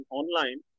online